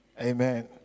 Amen